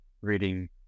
reading